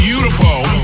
Beautiful